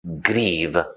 grieve